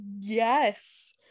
Yes